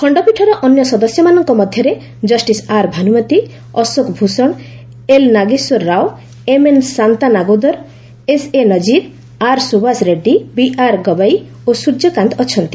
ଖଣ୍ଡପୀଠର ଅନ୍ୟ ସଦସ୍ୟମାନଙ୍କ ମଧ୍ୟରେ କଷ୍ଟିସ ଆର୍ ଭାନ୍ଦ୍ରମତି ଅଶୋକ ଭ୍ଷଣ ଏଲ୍ ନାଗେଶ୍ୱର ରାଓ ଏମ୍ଏନ୍ ଶାନ୍ତାନାଗୋଦର ଏସ୍ଏନଙ୍କାର ଆର୍ସୁଭାଷ ରେଡ୍ରି ବିଆର୍ଗବାଇ ଓ ସୂର୍ଯ୍ୟକାନ୍ତ ଅଛନ୍ତି